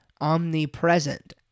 omnipresent